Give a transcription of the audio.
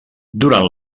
durant